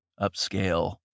upscale